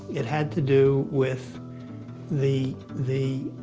it had to do with the the